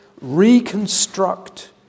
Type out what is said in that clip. Reconstruct